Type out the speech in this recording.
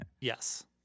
Yes